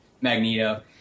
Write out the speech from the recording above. Magneto